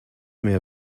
mehr